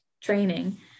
training